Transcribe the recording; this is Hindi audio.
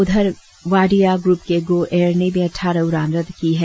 उधर वाडिया ग्रूप के गो एयर ने भी अटठारह उड़ान रद्द की हैं